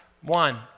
One